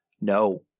no